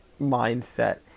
mindset